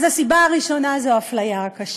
אז הסיבה הראשונה זו האפליה הקשה.